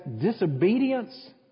disobedience